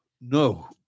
No